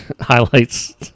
highlights